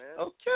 Okay